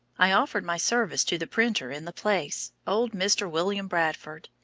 i offered my service to the printer in the place, old mr. william bradfod.